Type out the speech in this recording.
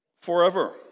forever